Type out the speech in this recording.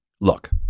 look